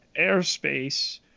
airspace